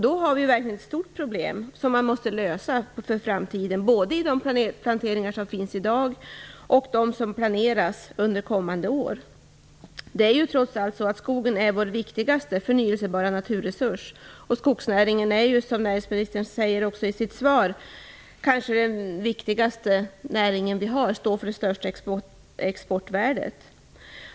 Då har vi verkligen ett stort problem som vi måste lösa inför framtiden både när det gäller de planteringar som finns i dag och när det gäller dem som planeras under kommande år. Skogen är trots allt vår viktigaste förnyelsebara naturresurs, och skogsnäringen är som näringsministern säger kanske den viktigaste näring som vi har och står för det största exportvärdet.